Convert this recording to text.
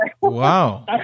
wow